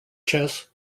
chess